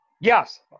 Yes